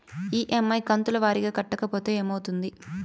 EMI కంతుల వారీగా కట్టకపోతే ఏమవుతుంది?